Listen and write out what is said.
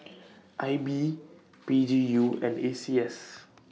I B P G U and A C S